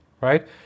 Right